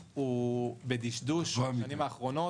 -- בדשדוש בשנים האחרונות.